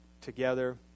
together